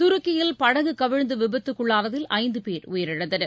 துருக்கியில் படகுகவிழ்ந்துவிபத்துக்குள்ளானதில் ஐந்துபேர் உயிரிழந்தனர்